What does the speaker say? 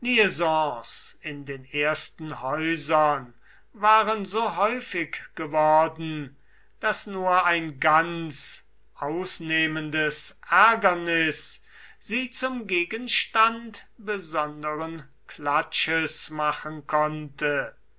in den ersten häusern waren so häufig geworden daß nur ein ganz ausnehmendes ärgernis sie zum gegenstand besonderen klatsches machen konnte